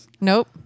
nope